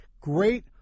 great